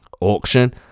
auction